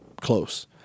close